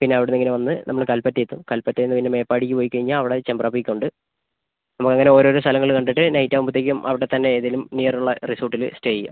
പിന്നെ അവിടുന്ന് ഇങ്ങനെ വന്ന് നമ്മൾ കൽപ്പറ്റ എത്തും കൽപ്പറ്റയിൽ നിന്ന് പിന്നെ മേപ്പാടിക്ക് പോയി കഴിഞ്ഞാൽ അവിടെ ചെമ്പ്ര പീക്ക് ഉണ്ട് നമുക്ക് അങ്ങനെ ഓരോ ഓരോ സ്ഥലങ്ങൾ കണ്ടിട്ട് നൈറ്റ് ആകുമ്പോഴത്തേക്കും അവിടെ തന്നെ ഏതെങ്കിലും നിയർ ഉള്ള റിസോർട്ടിൽ സ്റ്റേ ചെയ്യാം